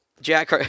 Jack